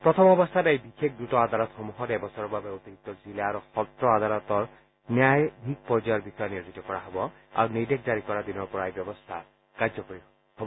প্ৰথম অৱস্থাত এই বিশেষ দ্ৰত আদালতসমূহত এবছৰৰ বাবে অতিৰিক্ত জিলা আৰু সত্ৰ আদালতৰ ন্যায়াধীশ পৰ্যায়ৰ বিষয়া নিয়োজিত কৰা হব আৰু নিৰ্দেশ জাৰি কৰা দিনৰ পৰা এই ব্যৱস্থা কাৰ্যকৰী হ'ব